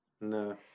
No